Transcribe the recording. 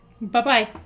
Bye-bye